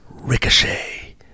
ricochet